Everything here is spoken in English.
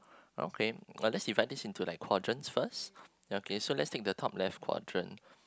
okay uh let's divide this into like quadrants first okay so let's take the top left quadrant